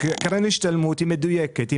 קרן ההשתלמות היא מדויקת,